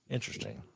Interesting